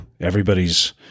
everybody's